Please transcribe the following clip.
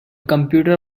computer